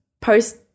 post